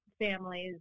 families